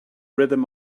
rhythm